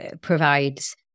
provides